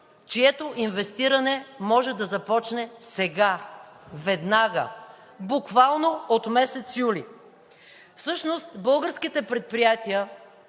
чието инвестиране може да започне сега, веднага, буквално от месец юли. Всъщност българските предприятия